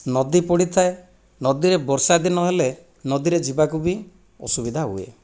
ନଦୀ ପଡ଼ିଥାଏ ନଦୀରେ ବର୍ଷାଦିନ ହେଲେ ନଦୀରେ ଯିବାକୁ ବି ଅସୁବିଧା ହୁଏ